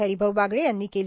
हरिभाऊ बागडे यांनी केली